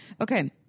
Okay